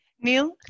Neil